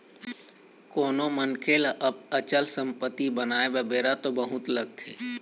कोनो मनखे ल अचल संपत्ति बनाय म बेरा तो बहुत लगथे